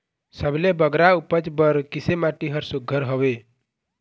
सबले बगरा उपज बर किसे माटी हर सुघ्घर हवे?